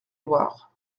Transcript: loire